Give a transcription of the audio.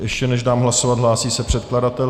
Ještě než dám hlasovat, hlásí se předkladatel.